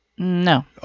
No